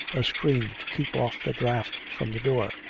a screen to keep off the draught from the door,